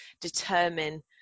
determine